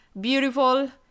beautiful